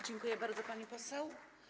Dziękuję bardzo, pani poseł.